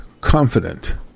confident